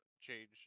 change